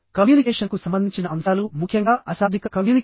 కమ్యూనికేషన్కు సంబంధించిన అంశాలు ముఖ్యంగా అశాబ్దిక కమ్యూనికేషన్